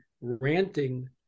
ranting